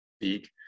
speak